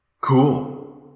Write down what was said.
Cool